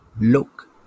Look